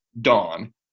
Dawn